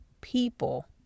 people